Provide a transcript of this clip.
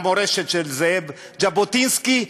למורשת של זאב ז'בוטינסקי,